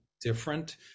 different